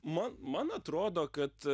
man man atrodo kad